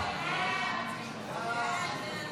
ההצעה להעביר את